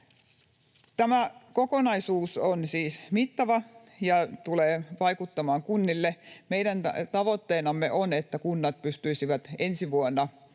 Tämä kokonaisuus on siis mittava ja tulee vaikuttamaan kuntiin. Meidän tavoitteenamme on, että kunnat pystyisivät ensi vuonna